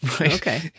Okay